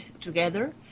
together